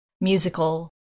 musical